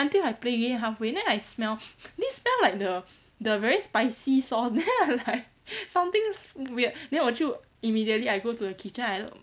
until I play game halfway then I smell then smell like the the very spicy sauce then I like something is weird then 我就 immediately I go to the kitchen I look